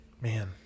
Man